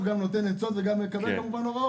עובד טוב גם נותן עצות וכמובן גם מקבל הוראות.